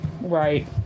right